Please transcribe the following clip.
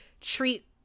treat